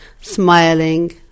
smiling